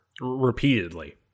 repeatedly